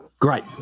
Great